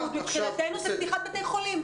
מבחינתנו זה פתיחת בתי חולים.